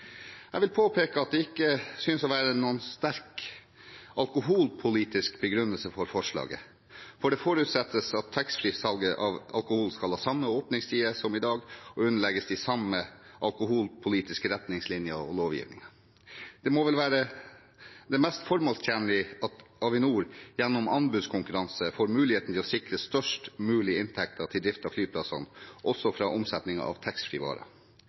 Jeg vil påpeke at det ikke synes å være noen sterk alkoholpolitisk begrunnelse for forslaget, for det forutsettes at taxfree-salget av alkohol skal ha samme åpningstider som i dag og underlegges de samme alkoholpolitiske retningslinjer og samme lovgivning. Det må vel være mest formålstjenlig at Avinor, gjennom anbudskonkurranse, får muligheten til å sikre størst mulige inntekter til drift av flyplassene, også fra omsetningen av